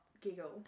giggle